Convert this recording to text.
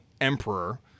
emperor